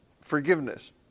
forgiveness